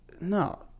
No